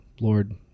Lord